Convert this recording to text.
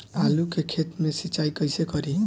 आलू के खेत मे सिचाई कइसे करीं?